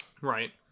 right